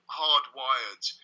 hardwired